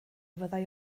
fyddai